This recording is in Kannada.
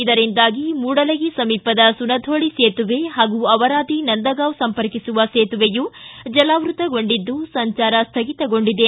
ಇದರಿಂದಾಗಿ ಮೂಡಲಗಿ ಸಮೀಪದ ಸುಣಧೋಳಿ ಸೇತುವೆ ಹಾಗೂ ಅವರಾದಿ ನಂದಗಾಂವ ಸಂಪರ್ಕಿಸುವ ಸೇತುವೇಯು ಜಲಾವ್ವತಗೊಂಡಿದ್ದು ಸಂಚಾರ ಸ್ಟಗಿತಗೊಂಡಿದೆ